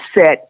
set